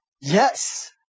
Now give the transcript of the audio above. yes